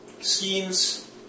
Schemes